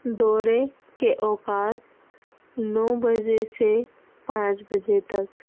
دورے کے اوقات نو بجے سے پانچ بجے تک